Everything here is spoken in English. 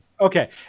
Okay